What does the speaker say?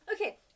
Okay